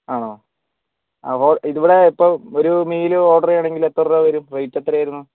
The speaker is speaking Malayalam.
ആണോ അപ്പോൾ ഇതിവിടെ ഇപ്പം ഒരു മീൽ ഓർഡർ ചെയ്യണമെങ്കിൽ എത്ര രൂപ വരും റേറ്റ് എത്രയായിരുന്നു